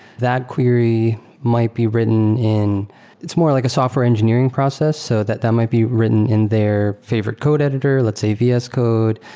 that query might be written in it's more like a software engineering process. so that that might be written in their favorite code editor, let's say vs code.